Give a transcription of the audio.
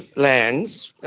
lands,